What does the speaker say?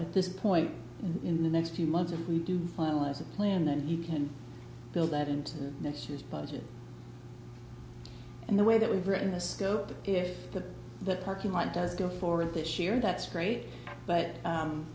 at this point in the next few months if we do finalize a plan then you can build that into next year's budget and the way that we've written the scope if that parking lot does go forward this year that's great but